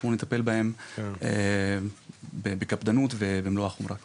אנחנו נטפל בהם בקפדנות ובמלא החומרה כמובן.